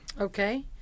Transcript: Okay